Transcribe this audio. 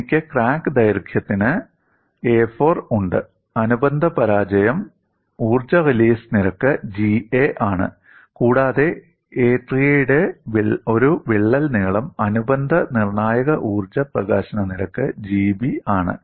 എനിക്ക് ക്രാക്ക് ദൈർഘ്യത്തിന് a4 ഉണ്ട് അനുബന്ധ പരാജയം ഊർജ്ജ റിലീസ് നിരക്ക് G A ആണ് കൂടാതെ a3 ന്റെ ഒരു വിള്ളൽ നീളം അനുബന്ധ നിർണായക ഊർജ്ജ പ്രകാശന നിരക്ക് G B ആണ്